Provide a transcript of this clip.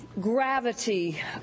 gravity